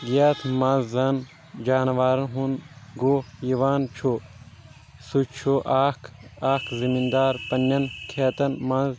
یتھ منٛز زن جانورن ہُنٛد گُہہ یِوان چھُ سُہ چھُ اکھ اکھ زٔمیٖندار پننٮ۪ن کھیتن منٛز